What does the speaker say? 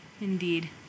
Indeed